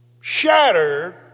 shattered